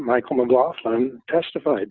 michael mclaughlin testified